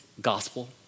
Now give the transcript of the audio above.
gospel